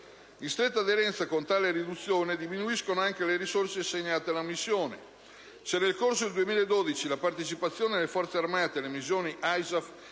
In stretta aderenza con tale riduzione, diminuiscono anche le risorse assegnate a tale missione. Se nel corso del 2012 la partecipazione delle Forze armate alle missioni ISAF